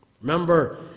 Remember